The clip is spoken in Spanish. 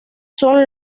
son